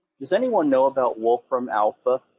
does anyone know about wolfram alpha?